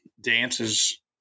dances